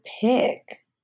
pick